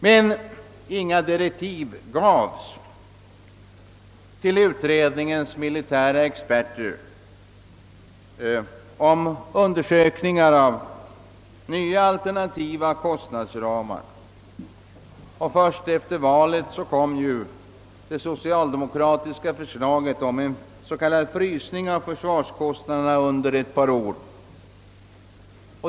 Men inga direktiv gavs utredningens militära experter om undersökningar av nya alternativa kostnadsramar. Först efter valet framlades det socialdemokratiska förslaget om en frysning av försvarskostnaderna under ett par år.